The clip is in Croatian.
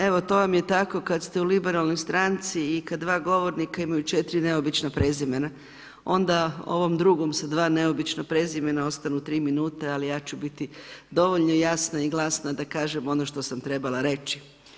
Evo to vam je tako kada ste u liberalnoj stranci i kada dva govornika imaju 4 neobična prezimena onda ovom drugom sa dva neobična prezimena ostanu tri minute, ali ja ću biti dovoljno jasna i glasna da kažem ono što sam trebala reći.